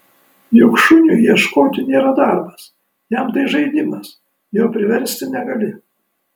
juk šuniui ieškoti nėra darbas jam tai žaidimas jo priversti negali